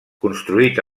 construït